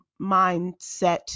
mindset